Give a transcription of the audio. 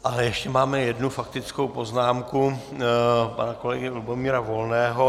Ale ještě máme jednu faktickou poznámku pana kolegy Lubomíra Volného.